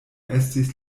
estis